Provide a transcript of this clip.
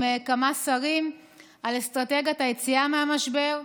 כמה שרים על אסטרטגיית היציאה מהמשבר.